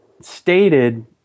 stated